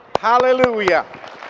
Hallelujah